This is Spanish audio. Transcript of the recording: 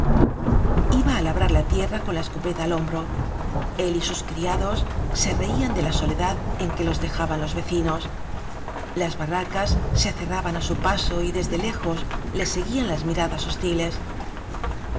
iba á labrar la tierra con la escopeta al hombro él y sus criados se reían de la soledad en que los dejaban los vecinos las barracas se cerraban á su paso y desde lejos les seguían las miradas hostiles